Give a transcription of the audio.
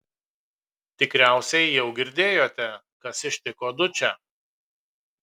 tikriausiai jau girdėjote kas ištiko dučę